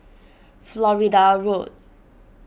Florida Road